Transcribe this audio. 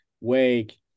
Wake